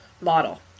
model